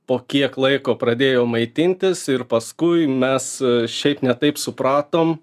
po kiek laiko pradėjo maitintis ir paskui mes šiaip ne taip supratom